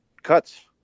Cuts